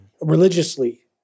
religiously